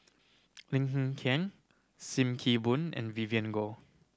Lim Hng Kiang Sim Kee Boon and Vivien Goh